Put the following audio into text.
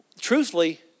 Truthfully